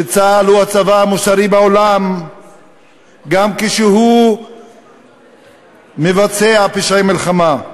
שצה"ל הוא הצבא המוסרי בעולם גם כשהוא מבצע פשעי מלחמה.